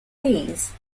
these